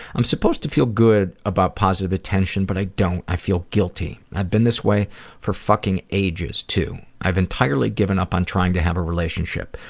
i'm supposed to feel good about positive attention, but i don't. i feel guilty. i've been this way for fucking ages too. i've entirely given up on trying to have a relationship.